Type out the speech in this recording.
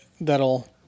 that'll